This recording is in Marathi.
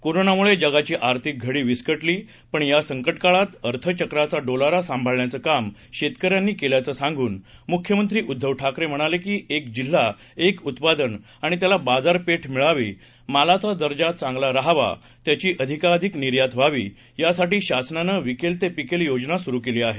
कोरोनामुळे जगाची आर्थिक घडी विस्कटली पण या संकटकाळात अर्थचक्राचा डोलारा सांभाळण्याचं काम शेतकऱ्यांनी केल्याचं सांगून मुख्यमंत्री उद्धव ठाकरे म्हणाले की एक जिल्हा एक उत्पादन आणि त्याला बाजारपेठ मिळावी मालाचा दर्जा चांगला रहावा त्याची अधिकाधिक निर्यात व्हावी यासाठी शासनानं विकेल ते पिकेल योजना सुरू केली आहे